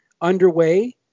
underway